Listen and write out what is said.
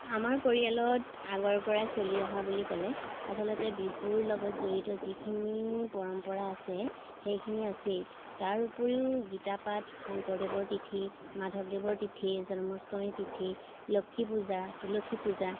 আমাৰ পৰিয়ালত আগৰ পৰাই চলি অহা বুলি ক'লে আচলতে বিহুৰ লগত জড়িত যিখিনি পৰম্পৰা আছে সেইখিনি আছেই তাৰ উপৰিও গীতা পাঠ শংকৰদেৱৰ তিথি মাধৱদেৱৰ তিথি জন্মাষ্টমীৰ তিথি লক্ষ্মীপূজা তুলসী পূজা